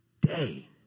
day